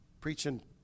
preaching